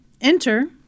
Enter